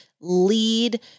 lead